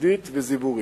עידית וזיבורית,